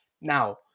Now